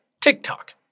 TikTok